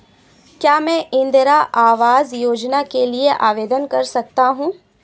क्या मैं इंदिरा आवास योजना के लिए आवेदन कर सकता हूँ?